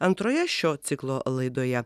antroje šio ciklo laidoje